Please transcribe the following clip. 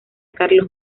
carlos